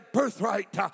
birthright